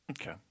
Okay